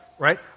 right